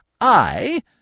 I